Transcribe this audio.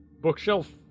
Bookshelf